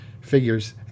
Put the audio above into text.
figures